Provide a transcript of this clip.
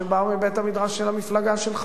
שבאו מבית-המדרש של המפלגה שלך.